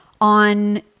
on